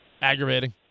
Aggravating